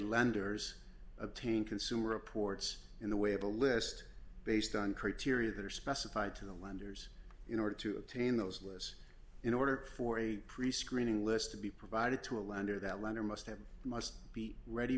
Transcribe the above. lenders obtain consumer reports in the way of a list based on criteria that are specified to the lenders in order to obtain those lists in order for a prescreening list to be provided to a lender that lender must have must be ready